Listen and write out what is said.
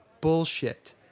Bullshit